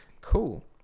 cool